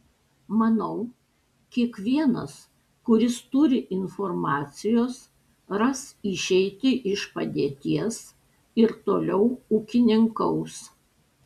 manau kiekvienas kuris turi informacijos ras išeitį iš padėties ir toliau ūkininkaus